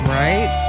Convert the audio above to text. right